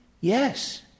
Yes